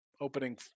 Opening